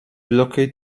locate